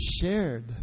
shared